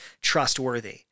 trustworthy